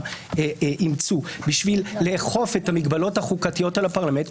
אימצו בשביל לאכוף את המגבלות החוקתיות על הפרלמנט,